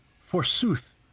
Forsooth